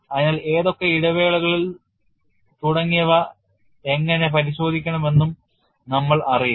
അതിനാൽ ഏതൊക്കെ ഇടവേളകളിൽ തുടങ്ങിയവ എങ്ങനെ പരിശോധിക്കാമെന്നും നമ്മൾ അറിയും